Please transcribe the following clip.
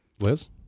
Liz